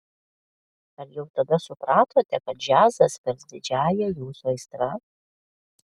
ar jau tada supratote kad džiazas virs didžiąja jūsų aistra